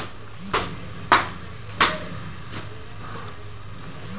दलहन के पैदावार कउन मौसम में अधिक होखेला?